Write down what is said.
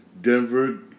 Denver